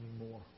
anymore